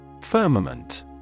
Firmament